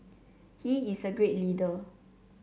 he is a great leader